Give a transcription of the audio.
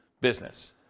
business